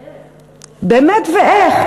ואיך?